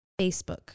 Facebook